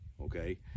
Okay